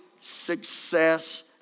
success